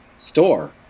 store